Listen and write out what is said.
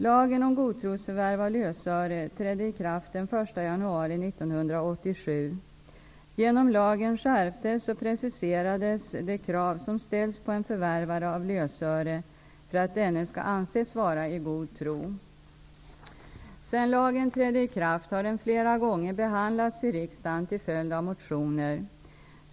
Lagen om godtrosförvärv av lösöre trädde i kraft den 1 januari 1987. Genom lagen skärptes och preciserades de krav som ställs på en förvärvare av lösöre för att denne skall anses vara i god tro. Sedan lagen trädde i kraft har den flera gånger behandlats i riksdagen till följd av motioner.